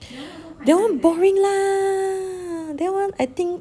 that one boring lah that one I think